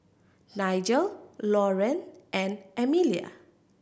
Nigel Loren and Amelia